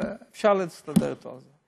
אפשר להסתדר איתו על זה.